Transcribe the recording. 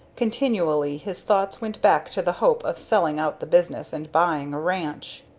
continually his thoughts went back to the hope of selling out the business and buying a ranch.